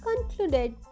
concluded